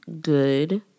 good